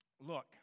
look